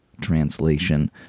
Translation